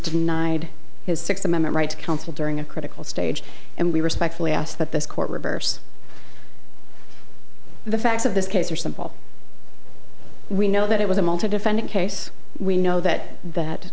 denied his sixth amendment right to counsel during a critical stage and we respectfully ask that this court reverse the facts of this case are simple we know that it was a multi defendant case we know that that